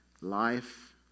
Life